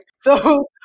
So-